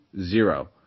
zero